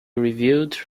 reviewed